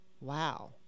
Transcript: wow